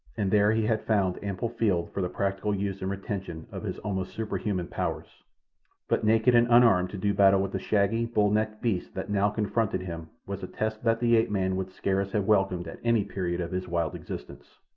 and there he had found ample field for the practical use and retention of his almost superhuman powers but naked and unarmed to do battle with the shaggy, bull-necked beast that now confronted him was a test that the ape-man would scarce have welcomed at any period of his wild existence.